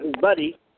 buddy